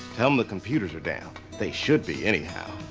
tell them the computers are down. they should be, anyhow.